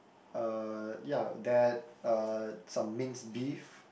uh ya that uh some minced beef